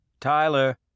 Tyler